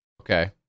okay